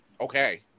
okay